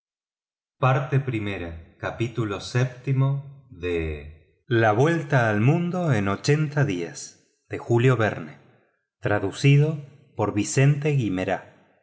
información la vuelta al mundo en ochenta días capítulo x de julio verne